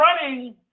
running